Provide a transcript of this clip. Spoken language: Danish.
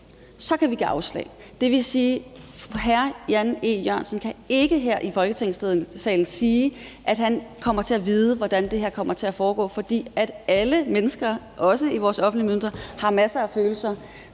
kan vi give afslag. Det vil sige, at hr. Jan E. Jørgensen ikke her i Folketingssalen kan sige, at han kommer til at vide, hvordan det her kommer til at foregå, for alle mennesker, også vores offentlige myndigheder, har masser af følelser.